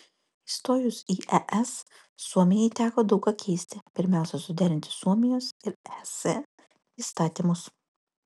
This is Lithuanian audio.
įstojus į es suomijai teko daug ką keisti pirmiausia suderinti suomijos ir es įstatymus